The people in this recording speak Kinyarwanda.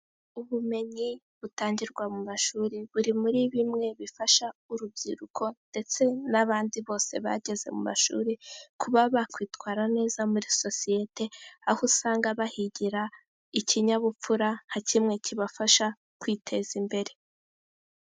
Ubumenyi butangirwa mu mashuri, buri muri bimwe bifasha urubyiruko ndetse n'abandi bose bageze mu mashuri kuba bakwitwara neza muri sosiyete, aho usanga bahigira ikinyabupfura nka kimwe kibafasha kwiteza imbere.